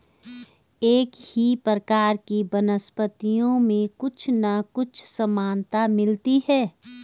एक ही प्रकार की वनस्पतियों में कुछ ना कुछ समानता मिलती है